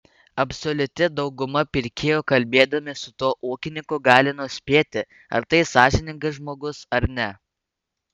absoliuti dauguma pirkėjų kalbėdami su tuo ūkininku gali nuspėti ar tai sąžiningas žmogus ar ne